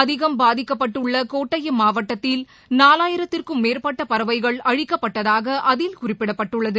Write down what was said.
அதிகம் பாதிக்கப்பட்டுள்ள கோட்டயம் மாவட்டத்தில் நாவாயிரத்திற்கும் மேற்பட்ட பறவைகள் அழிக்கப்பட்டதாக அதில் குறிப்பிடப்பட்டுள்ளது